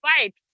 fight